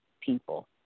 people